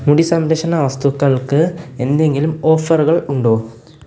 മുടി സംരക്ഷണ വസ്തുക്കൾക്ക് എന്തെങ്കിലും ഓഫറുകൾ ഉണ്ടോ